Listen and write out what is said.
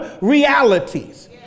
realities